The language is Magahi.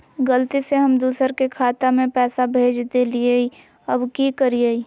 गलती से हम दुसर के खाता में पैसा भेज देलियेई, अब की करियई?